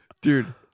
Dude